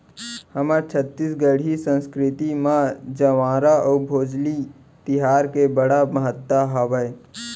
हमर छत्तीसगढ़ी संस्कृति म जंवारा अउ भोजली तिहार के बड़ महत्ता हावय